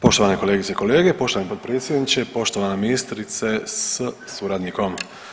Poštovane kolegice i kolege, poštovani potpredsjedniče, poštovana ministrice s suradnikom.